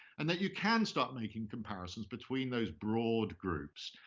and then you can start making comparisons between those broad groups,